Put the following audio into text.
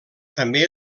també